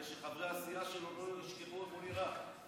שחברי הסיעה שלו לא ישכחו איך הוא נראה.